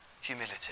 humility